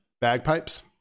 bagpipes